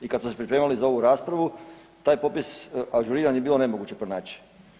I kad smo se pripremali za ovu raspravu taj popis ažuriran je bilo nemoguće pronaći.